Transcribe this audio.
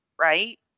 right